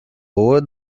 over